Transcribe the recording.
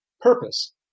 purpose